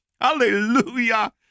hallelujah